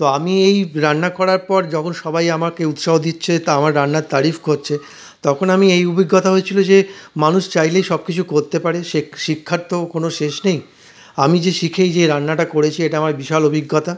তো আমি এই রান্না করার পর যখন সবাই আমাকে উৎসাহ দিচ্ছে তা আমার রান্নার তারিফ করছে তখন আমি এই অভিজ্ঞতা হয়েছিলো যে মানুষ চাইলেই সবকিছু করতে পারে শিক্ষার তো কোনো শেষ নেই আমি যে শিখে যে এই রান্নাটা করেছি এটা আমার বিশাল অভিজ্ঞতা